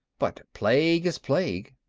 but plague is plague.